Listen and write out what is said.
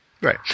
Right